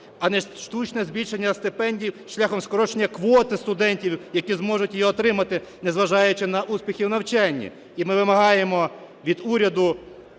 а не штучне збільшення стипендій шляхом скорочення квоти студентів, які зможуть її отримати, незважаючи на успіхи в навчанні. І ми вимагаємо від уряду,